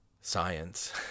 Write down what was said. science